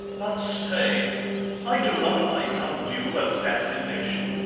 but stay i do not like undue assassination,